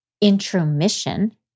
Intromission